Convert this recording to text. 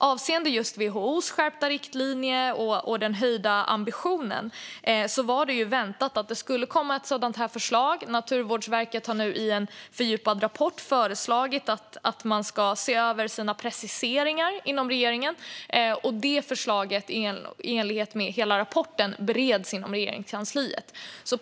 Avseende WHO:s skärpta riktlinjer och den höjda ambitionen var det väntat att det skulle komma ett sådant här förslag. Naturvårdsverket har nu i en fördjupad rapport föreslagit att preciseringarna ska ses över inom regeringen. Detta förslag bereds, i enlighet med hela rapporten, inom Regeringskansliet.